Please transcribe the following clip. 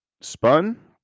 spun